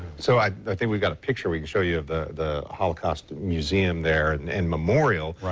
so i i think we've got a picture we can show you of the the holocaust museum there and memorial.